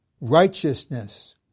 righteousness